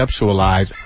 conceptualize